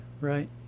Right